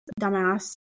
dumbass